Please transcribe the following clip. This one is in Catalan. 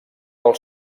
del